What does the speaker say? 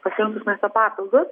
pasrinktus maisto papildus